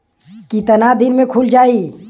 कितना दिन में खुल जाई?